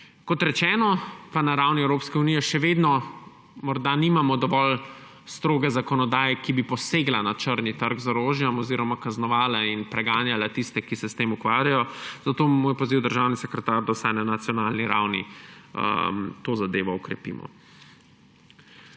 Kot rečeno, pa na ravni Evropske unije še vedno morda nimamo dovolj stroge zakonodaje, ki bi posegla na črni trg z orožjem oziroma kaznovala in preganjala tiste, ki se s tem ukvarjajo. Zato moj poziv, državni sekretar, da vsaj na nacionalni ravni to zadevo okrepimo.